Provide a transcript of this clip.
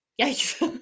Yes